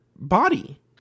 body